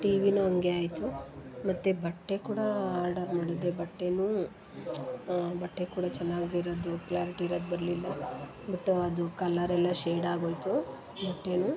T ವಿಯೂ ಹಂಗೇ ಆಯಿತು ಮತ್ತು ಬಟ್ಟೆ ಕೂಡ ಆರ್ಡರ್ ಮಾಡಿದ್ದೆ ಬಟ್ಟೆಯೂ ಬಟ್ಟೆ ಕೂಡ ಚೆನ್ನಾಗಿರೋದು ಕ್ಯಾರಿಟಿ ಇರೋದ್ ಬರಲಿಲ್ಲ ಬಟ್ ಅದು ಕಲರ್ ಎಲ್ಲ ಶೇಡಾಗೋಯಿತು ಬಟ್ಟೆಯೂ